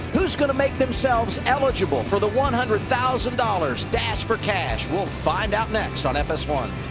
whose going to make themselves eligible for the one hundred thousand dollars dash for cash. we'll find out next on f s one.